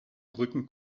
brücken